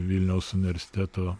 vilniaus universiteto